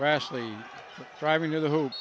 rationally driving to the who